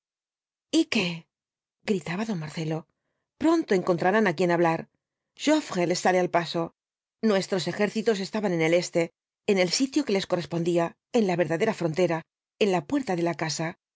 gritaba don marcelo pronto encontrarán á quien hablar joffre les sale al paso nuestros ejércitos estaban en el este en el sitio que les correspondía en la verdadera frontera en la puerta de la casa